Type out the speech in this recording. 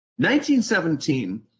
1917